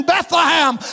Bethlehem